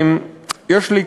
יש לי,